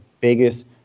biggest